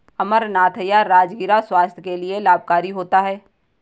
अमरनाथ या राजगिरा स्वास्थ्य के लिए लाभकारी होता है